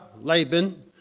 Laban